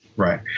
Right